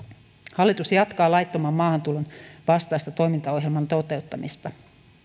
hallitus jatkaa laittoman maahantulon vastaisen toimintaohjelman toteuttamista